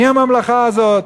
אני הממלכה הזאת?